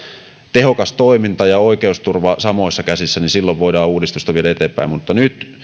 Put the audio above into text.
tehokas toiminta ja oikeusturva samoissa käsissä silloin voidaan uudistusta viedä eteenpäin mutta nyt